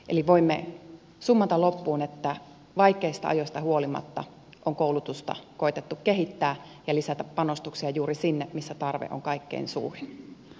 eli voimme summata loppuun että vaikeista ajoista huolimatta on koulutusta koetettu kehittää ja lisätä panostuksia juuri sinne missä tarve on kaikkein suurin